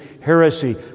heresy